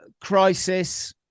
crisis